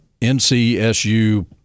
NCSU